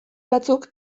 batzuk